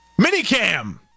Minicam